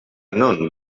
non